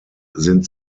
sind